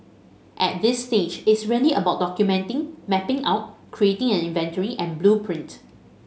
at this stage it's really about documenting mapping out creating an inventory and blueprint